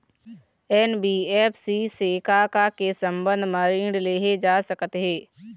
NBFC से का का के संबंध म ऋण लेहे जा सकत हे?